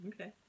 okay